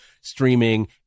streaming